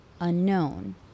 unknown